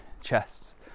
chests